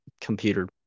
computer